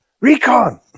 recon